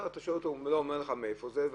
הוא לא אומר לך מאיפה זה,